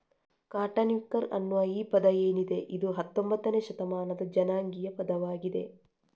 cotton picker ಅನ್ನುವ ಈ ಪದ ಏನಿದೆ ಇದು ಹತ್ತೊಂಭತ್ತನೇ ಶತಮಾನದ ಜನಾಂಗೀಯ ಪದವಾಗಿದೆ